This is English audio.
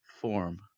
form